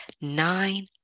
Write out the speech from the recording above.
nine